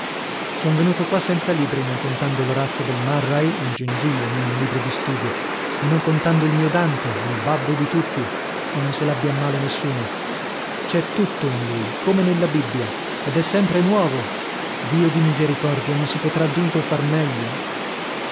son venuto qua senza libri non contando l'orazio del murray un gingillo non un libro di studio e non contando il mio dante il babbo di tutti e non se l'abbia a male nessuno c'è tutto in lui come nella bibbia ed è sempre nuovo dio di misericordia non si potrà dunque far meglio